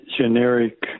generic